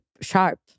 sharp